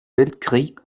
weltkrieg